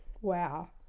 Wow